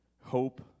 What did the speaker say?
hope